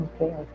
Okay